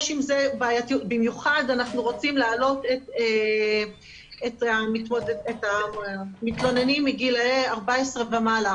במיוחד אנחנו רוצים להעלות את המתלוננים מגילאי 14 ומעלה,